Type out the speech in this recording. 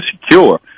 secure